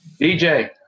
DJ